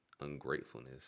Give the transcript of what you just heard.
ungratefulness